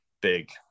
big